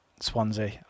Swansea